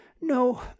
No